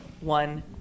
One